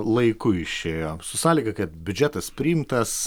laiku išėjo su sąlyga kad biudžetas priimtas